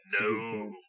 No